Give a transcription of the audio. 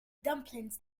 dumplings